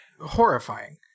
Horrifying